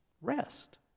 rest